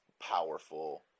powerful